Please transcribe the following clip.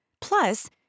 Plus